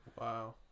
Wow